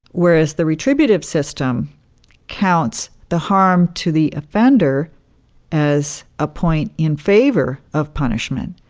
whereas the retributive system counts the harm to the offender as a point in favor of punishment.